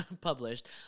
published